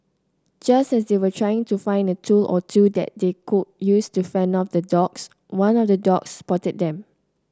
just as they were trying to find a tool or two that they could use to fend off the dogs one of the dogs spotted them